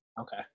Okay